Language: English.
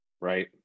Right